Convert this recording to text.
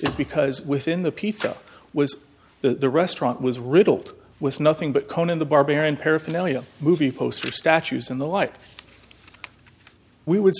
is because within the pizza was the restaurant was riddled with nothing but conan the barbarian paraphernalia movie poster statues in the life we would